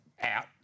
out